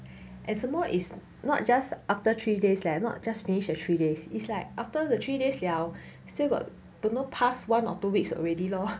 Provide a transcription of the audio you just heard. and some more is not just after three days leh not just finish the three days is like after the three days liao you still got don't know past one or two weeks already lor